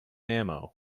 ammo